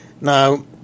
now